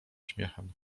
śmiechem